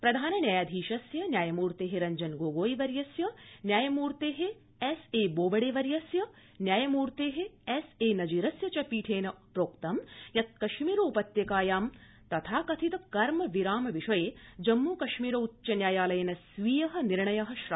प्रधान न्यायाधीशस्य न्यायमूर्ते रंजनगोगोईवर्यस्य न्यायमूर्ते एसएबोबड़े वरस्य न्यायमूर्ते एसएनजीरस्य च पीठेन प्रोक्तं यत् कश्मीरोपत्यकायां तथाकथित कर्म विराम विषये जम्मू कश्मीरोच्च न्यायालयेन स्वीय निर्णय श्रावयित्ं शक्ष्यते